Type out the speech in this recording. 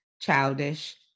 childish